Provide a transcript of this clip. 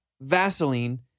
Vaseline